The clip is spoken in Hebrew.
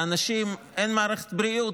לאנשים אין מערכת בריאות,